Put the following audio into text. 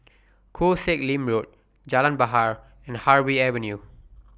Koh Sek Lim Road Jalan Bahar and Harvey Avenue